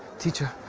teacher,